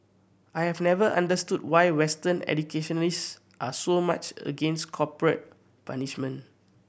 I have never understood why Western educationists are so much against corporal punishment